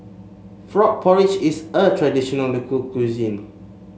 Frog Porridge is a traditional local cuisine